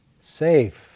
safe